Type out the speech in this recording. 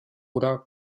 oder